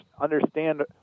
Understand